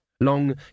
Long